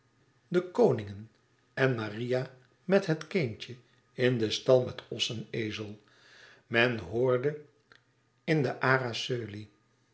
de koningen en maria met het kindje in de stal met os en ezel men hoorde in ara coeli naar de